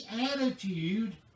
attitude